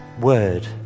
word